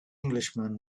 englishman